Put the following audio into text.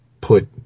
put